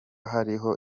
hariho